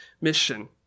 mission